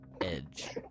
edge